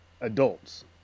adults